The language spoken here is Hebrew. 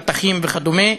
רתכים וכדומה.